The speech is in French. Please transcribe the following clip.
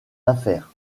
affaires